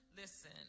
Listen